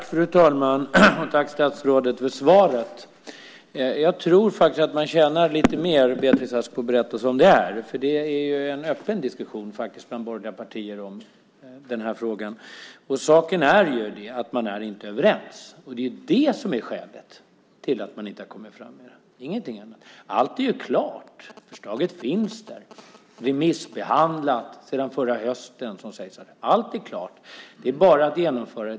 Fru talman! Jag tackar justitieministern för svaret. Jag tror, Beatrice Ask, att man tjänar på att berätta som det är. Det sker faktiskt en öppen diskussion bland borgerliga partier om frågan. Saken är att man inte är överens. Det är det som är orsaken till att man inte har kommit fram med ett förslag, ingenting annat. Allt är ju klart. Förslaget finns och är remissbehandlat sedan förra hösten. Det är bara att genomföra det.